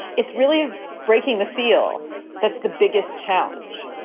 it's really breaking the seal. that's the biggest challenge.